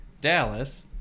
Dallas